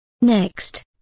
Next